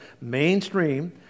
mainstream